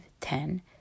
ten